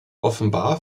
offenbar